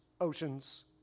oceans